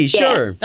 sure